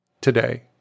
today